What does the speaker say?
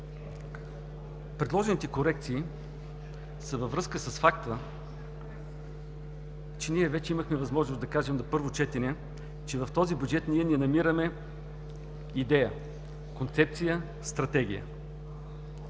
предложените корекции са във връзка с факта – ние вече имахме възможност да кажем на първо четене, че в този бюджет не намираме идея, концепция, стратегия.